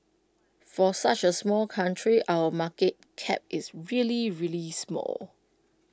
for such A small country our market cap is really really small